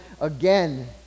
again